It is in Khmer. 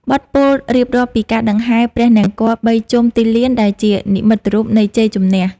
បទពោលរៀបរាប់ពីការដង្ហែព្រះនង្គ័លបីជុំទីលាន ដែលជានិមិត្តរូបនៃជ័យជំនះ។